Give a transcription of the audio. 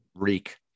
Reek